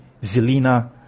Zelina